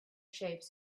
shapes